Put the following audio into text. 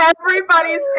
everybody's